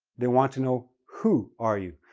they want to know who are you.